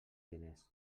diners